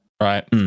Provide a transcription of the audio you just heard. Right